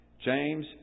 James